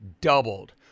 doubled